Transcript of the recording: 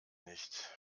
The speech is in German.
nicht